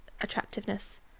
attractiveness